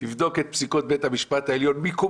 תבדוק את פסיקות בית המשפט העליון מקום